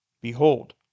Behold